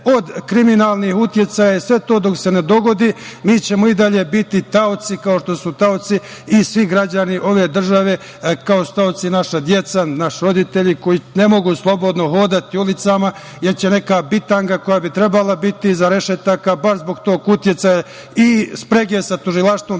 od kriminalnih uticaja. Sve to dok se ne dogodi, mi ćemo i dalje biti taoci, kao što su taoci i svi građani ove države, kao što su taoci naša deca, naši roditelji, koji ne mogu slobodno hodati ulicama, jer će neka bitanga koja bi trebala biti iza rešetaka, baš zbog tog uticaja i sprege sa tužilaštvom,